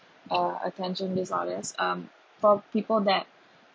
uh attention disorders um for people that